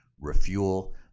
refuel